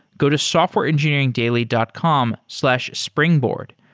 go to softwareengineeringdaily dot com slash springboard.